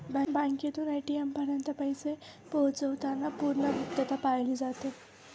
बँकेतून ए.टी.एम पर्यंत पैसे पोहोचवताना पूर्ण गुप्तता पाळली जाते